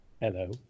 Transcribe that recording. Hello